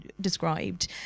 described